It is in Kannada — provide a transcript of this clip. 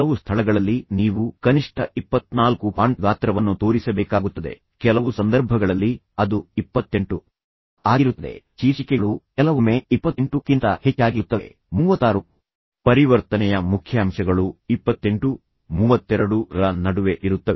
ಕೆಲವು ಸ್ಥಳಗಳಲ್ಲಿ ನೀವು ಕನಿಷ್ಠ 24 ಫಾಂಟ್ ಗಾತ್ರವನ್ನು ತೋರಿಸಬೇಕಾಗುತ್ತದೆ ಕೆಲವು ಸಂದರ್ಭಗಳಲ್ಲಿ ಅದು 28 ಆಗಿರುತ್ತದೆ ಶೀರ್ಷಿಕೆಗಳು ಕೆಲವೊಮ್ಮೆ 28ಕ್ಕಿಂತ ಹೆಚ್ಚಾಗಿರುತ್ತವೆ 36 ಪರಿವರ್ತನೆಯ ಮುಖ್ಯಾಂಶಗಳು 28 32 ರ ನಡುವೆ ಇರುತ್ತವೆ